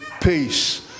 peace